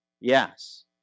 Yes